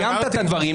סיימת את הדברים,